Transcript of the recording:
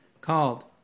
called